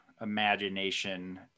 imagination